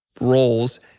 roles